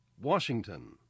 Washington